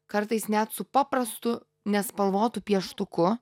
kartais net su paprastu nespalvotu pieštuku